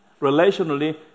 relationally